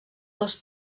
dos